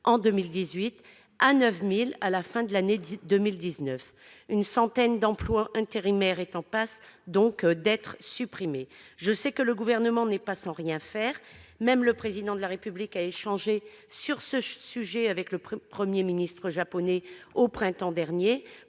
en 2018 à 9 000 à la fin de l'année 2019. Une centaine d'emplois intérimaires est en passe d'être supprimée. Je sais que le Gouvernement n'est pas sans rien faire. Même le Président de la République a échangé sur ce sujet avec le Premier ministre japonais au printemps dernier.